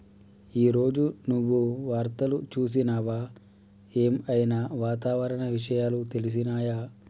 ఈ రోజు నువ్వు వార్తలు చూసినవా? ఏం ఐనా వాతావరణ విషయాలు తెలిసినయా?